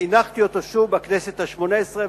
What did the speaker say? והנחתי אותו שוב בכנסת השמונה-עשרה,